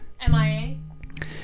m-i-a